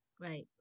right